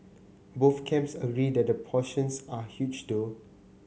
both camps agree that the portions are huge though